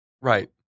right